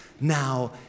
now